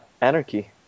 Anarchy